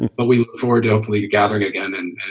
but we or definitely you're gathering again and